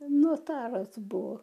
notaras buvo